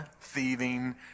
thieving